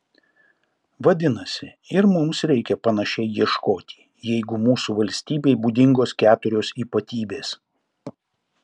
vadinasi ir mums reikia panašiai ieškoti jeigu mūsų valstybei būdingos keturios ypatybės